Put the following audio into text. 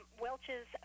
Welch's